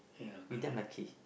he damn lucky